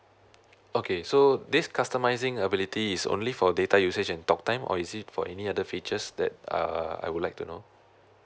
okay so this customizing ability is only for data usage and talk time or is it for any other features that uh I would like to know